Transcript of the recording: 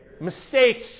mistakes